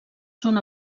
són